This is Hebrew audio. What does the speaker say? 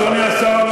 אדוני השר,